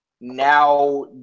now